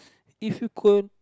if you could